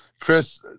Chris